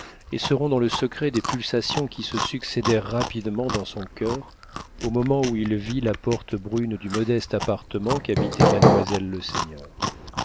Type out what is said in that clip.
et seront dans le secret des pulsations qui se succédèrent rapidement dans son coeur au moment où il vit la porte brune du modeste appartement qu'habitait mademoiselle leseigneur